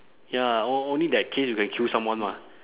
ya o~ only that case you can kill someone mah